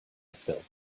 filled